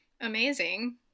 amazing